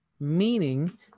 Meaning